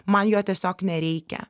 man jo tiesiog nereikia